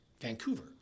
Vancouver